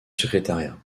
secrétariat